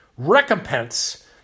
Recompense